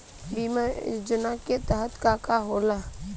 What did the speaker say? बीज योजना के तहत का का होला?